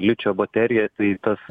ličio baterija tai tas